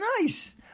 nice